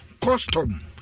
custom